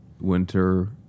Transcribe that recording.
winter